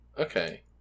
Okay